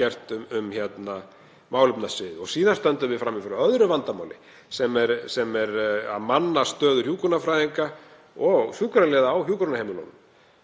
gert um málefnasviðið. Síðan stöndum við frammi fyrir öðru vandamáli sem er að manna stöður hjúkrunarfræðinga og sjúkraliða á hjúkrunarheimilunum.